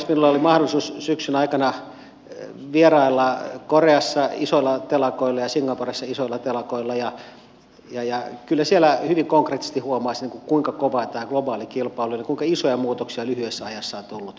minulla oli mahdollisuus syksyn aikana vierailla koreassa isoilla telakoilla ja singaporessa isoilla telakoilla ja kyllä siellä hyvin konkreettisesti huomaa sen kuinka kovaa tämä globaali kilpailu on ja kuinka isoja muutoksia lyhyessä ajassa on tullut